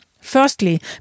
Firstly